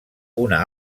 una